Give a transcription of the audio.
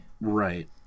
Right